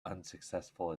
unsuccessful